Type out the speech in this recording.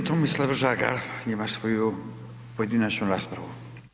G. Tomislav Žagar ima svoju pojedinačnu raspravu.